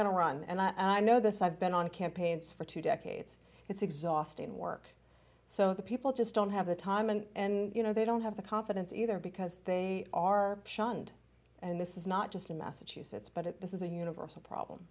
to run and i know this i've been on campaigns for two decades it's exhausting work so the people just don't have the time and and you know they don't have the confidence either because they are shunned and this is not just in massachusetts but it this is a universal problem